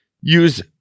use